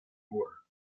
moor